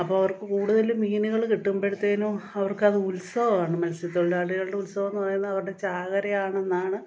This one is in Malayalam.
അപ്പോൾ അവർക്കു കൂടുതൽ മീനുകൾ കിട്ടുമ്പോഴത്തേനും അവർക്കത് ഉത്സവമാണ് മത്സ്യത്തൊഴിലാളികളിലൂടെ ഉത്സവമെന്നു പറയുന്നത് അവരുടെ ചാകരയാണെന്നാണ്